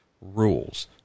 rules